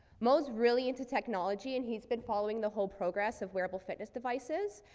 moe's really into technology, and he's been following the whole progress of wearable fitness devices.